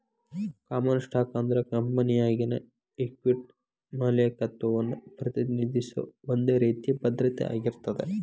common stock ಅಂದ್ರ ಕಂಪೆನಿಯಾಗಿನ equity ಮಾಲೇಕತ್ವವನ್ನ ಪ್ರತಿನಿಧಿಸೋ ಒಂದ್ ರೇತಿ ಭದ್ರತೆ ಆಗಿರ್ತದ